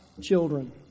children